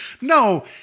no